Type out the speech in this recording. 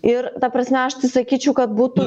ir ta prasme aš tai sakyčiau kad būtų